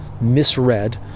misread